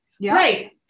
right